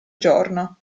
giorno